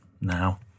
now